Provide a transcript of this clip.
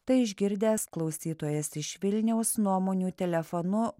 tai išgirdęs klausytojas iš vilniaus nuomonių telefonu